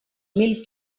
mil